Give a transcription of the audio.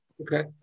Okay